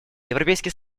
европейский